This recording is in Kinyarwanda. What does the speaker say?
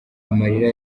amarira